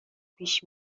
پیش